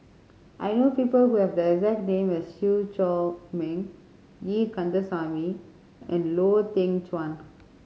I know people who have the exact name as Chew Chor Meng E Kandasamy and Lau Teng Chuan